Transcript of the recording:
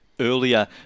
earlier